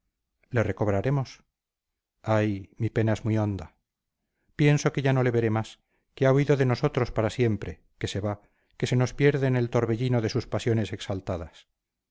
le recobraremos ay mi pena es muy honda pienso que ya no le veré más que ha huido de nosotros para siempre que se va que se nos pierde en el torbellino de sus pasiones exaltadas